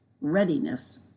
readiness